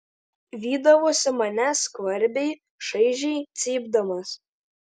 vydavosi mane skvarbiai šaižiai cypdamas